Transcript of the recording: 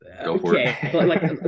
okay